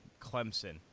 Clemson